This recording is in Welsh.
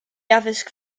addysg